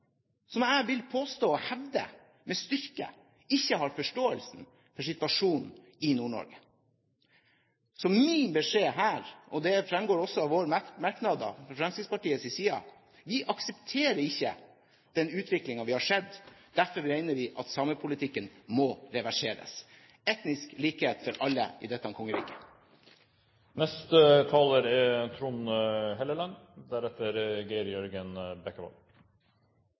som jeg vil påstå, og hevde med styrke, ikke har forståelse for situasjonen i Nord-Norge. Så min beskjed her, og det fremgår også av Fremskrittspartiets merknader, er at vi ikke aksepterer den utviklingen vi har sett. Derfor mener vi at samepolitikken må reverseres: etnisk likhet for alle i dette kongeriket.